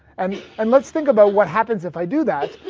and and let's think about what happens if i do that.